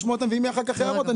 ואם יהיו אחר כך הערות,